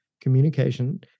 Communication